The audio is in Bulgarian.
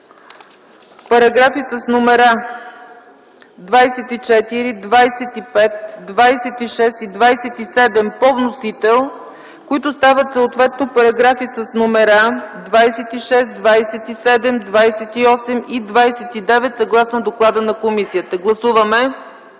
параграфи с номера 24, 25, 26 и 27 по вносител, които стават съответно параграфи с номера 26, 27, 28 и 29, съгласно доклада на комисията. Гласуваме.